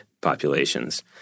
populations